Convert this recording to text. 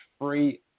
free